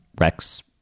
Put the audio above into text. Rex